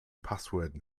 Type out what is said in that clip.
password